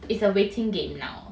it's a waiting game now